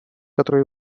которая